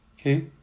Okay